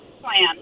plan